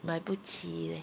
买不起 leh